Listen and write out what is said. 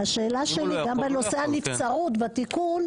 והשאלה שלי גם בנושא הנבצרות בתיקון.